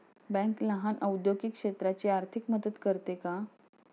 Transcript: Bank लहान औद्योगिक क्षेत्राची आर्थिक मदत करते का?